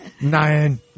Nine